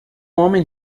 homem